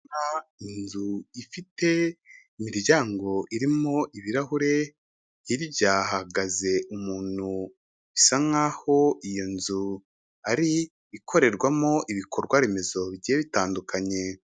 Inzu ifite imiryango irimo ibirahure; hirya hahagaze umuntu bisa nk'aho iyo nzu ariye ikorerwamo ibikorwaremezo bigiye bitandukanye.